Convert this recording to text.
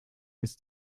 ist